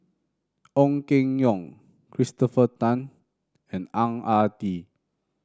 Ong Keng Yong Christopher Tan and Ang Ah Tee